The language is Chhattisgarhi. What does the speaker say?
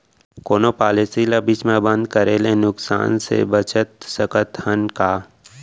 कोनो पॉलिसी ला बीच मा बंद करे ले नुकसान से बचत सकत हन का?